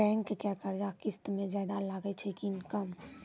Bank के कर्जा किस्त मे ज्यादा लागै छै कि कम?